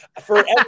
forever